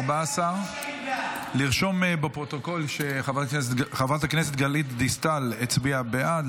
14. יירשם בפרוטוקול שחברת הכנסת גלית דיסטל הצביעה בעד,